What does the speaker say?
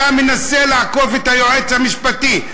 אתה מנסה לעקוף את היועץ המשפטי,